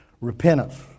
repentance